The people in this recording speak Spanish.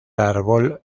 árbol